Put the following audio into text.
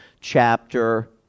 chapter